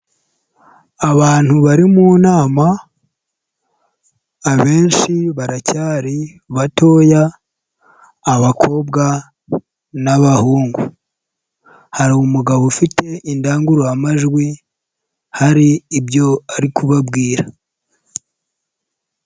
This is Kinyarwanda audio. Abantu bari mu nama, abenshi baracyari batoya, abakobwa n'abahungu. Hari umugabo ufite indangururamajwi, hari ibyo ari kubabwira.